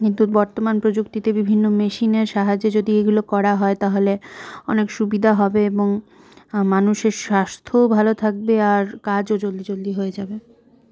কিন্তু বর্তমান প্রযুক্তিতে বিভিন্ন মেশিনের সাহায্যে যদি এগুলো করা হয় তাহলে অনেক সুবিধা হবে এবং মানুষের স্বাস্থ্যও ভালো থাকবে আর কাজও জলদি জলদি হয়ে যাবে